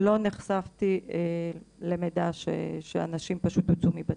לא נחשפתי למידע שאנשים פשוט הוצאו מבתים.